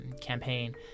campaign